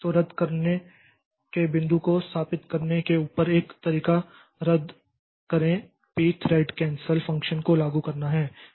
तो रद्द करने के बिंदु को स्थापित करने के ऊपर एक तरीका रद्द करें पी थ्रेड कैंसल फ़ंक्शन को लागू करना है